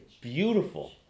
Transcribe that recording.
beautiful